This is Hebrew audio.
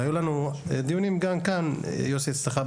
והיו לנו דיונים גם כאן, יוסי, אצלך בוועדה,